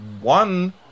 One